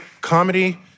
comedy